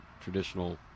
traditional